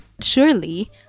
surely